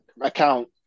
account